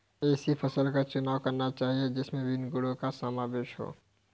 ऐसी फसल का चुनाव करना चाहिए जिसमें विभिन्न गुणों का समावेश हो